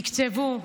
תקצבו,